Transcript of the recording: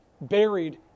buried